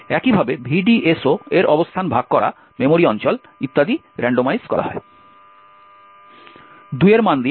একইভাবে VDSO এর অবস্থান ভাগ করা মেমোরি অঞ্চল ইত্যাদি রান্ডমাইজ করা হয় 2 এর মান দিয়ে